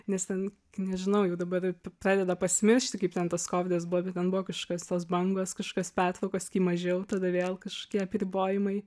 nes ten nežinau jau dabar pradeda pasimiršti kaip ten tas kovidas buvo ten buvo kažkokios tos bangos kažkokios pertvarkos kai mažiau tada vėl kažkokie apribojimai